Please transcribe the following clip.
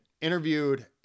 interviewed